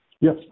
Yes